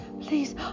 please